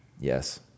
Yes